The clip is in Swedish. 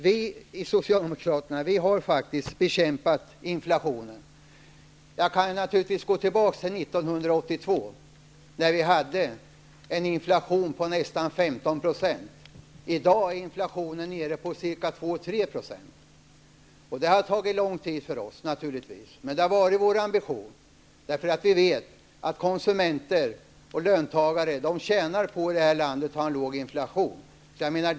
Vi socialdemokrater har faktiskt bekämpat inflationen. Jag kan gå tillbaka så sent som till år 1982 då vi hade en inflation på nästan 15 %. I dag är inflationen nere på 2--3 %. Det har naturligtvis tagit lång tid för oss, men detta har varit vår ambition. Vi vet nämligen att konsumenter och löntagare tjänar på att inflationen i vårt land är låg.